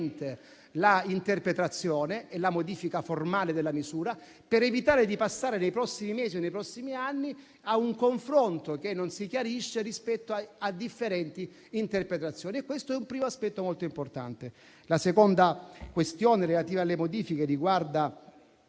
l'interpretazione e la modifica formale della misura, per evitare di passare nei prossimi mesi o nei prossimi anni ad un confronto non chiaro rispetto a differenti interpretazioni. Questo è un primo aspetto molto importante. La seconda questione relativa alle modifiche riguarda